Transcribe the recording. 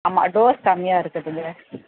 ஆமாம் டோஸ் கம்மியாக இருக்குதுங்க